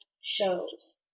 shows